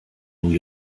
new